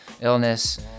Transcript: illness